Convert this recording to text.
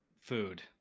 food